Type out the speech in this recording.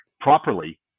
properly